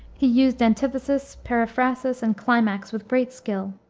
he used antithesis, periphrasis, and climax with great skill.